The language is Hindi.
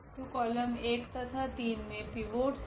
तो कॉलम 1 तथा 3 मे पिवोट्स है